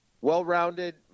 well-rounded